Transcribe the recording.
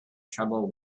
trouble